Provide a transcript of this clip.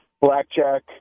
blackjack